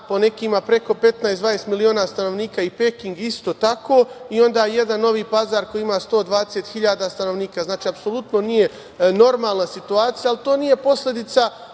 po nekima preko 15, 20 miliona stanovnika i Peking isto tako i onda jedan Novi Pazar koji ima 120.000 stanovnika. Znači, apsolutno nije normalna situacija, ali to nije posledica